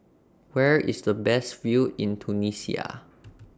Where IS The Best View in Tunisia